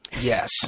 Yes